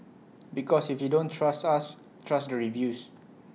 because if you don't trust us trust the reviews